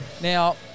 Now